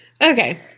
Okay